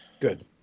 Good